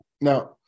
Now